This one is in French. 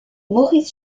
maurice